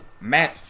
match